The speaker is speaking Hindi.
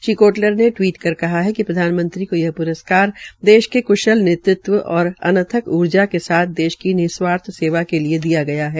श्री कोटलर ने टिवीट कर कहा कि प्रधानमंत्री को यह प्रस्कार देश के कृश्ल नेतृत्व तथा अनथक ऊर्जा के साथ देश की निस्वार्थ सेवा के लिये दिया गया है